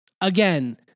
again